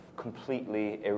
completely